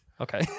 Okay